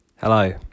Hello